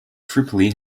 tripoli